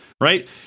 Right